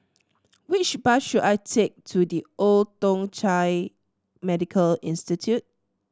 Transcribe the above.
which bus should I take to The Old Thong Chai Medical Institution